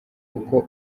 uko